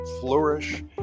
flourish